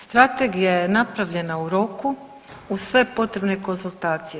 Strategija je napravljena u roku uz sve potrebne konzultacije.